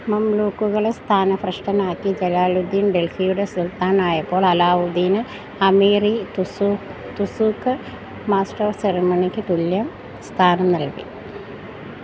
മംഗ്ലൂക്കുകളെ സ്ഥാനഭ്രഷ്ടനാക്കി ജലാലുദ്ദീൻ ഡൽഹിയുടെ സുൽത്താനായപ്പോൾ അലാവുദ്ദീന് അമീറീ തുസൂക്ക് മാസ്റ്റര് ഓഫ് സെറിമണിക്ക് തുല്യം സ്ഥാനം നൽകി